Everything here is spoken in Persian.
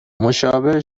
مشابه